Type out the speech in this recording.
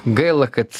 gaila kad